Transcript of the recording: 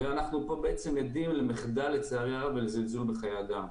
ואנחנו עדים פה למחדל ולזלזול בחיי אדם.